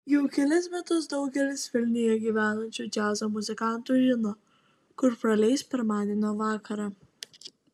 jau kelis metus daugelis vilniuje gyvenančių džiazo muzikantų žino kur praleis pirmadienio vakarą